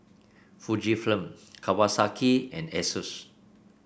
Fujifilm Kawasaki and Asus